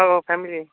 होव होव फॅमिली ए